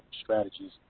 strategies